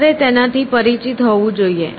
તમારે તેનાથી પરિચિત હોવું જોઈએ